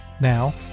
Now